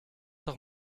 doch